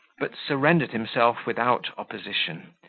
but surrendered himself without opposition,